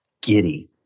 giddy